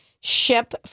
Ship